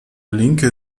linke